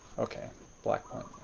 okay black point.